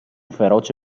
feroce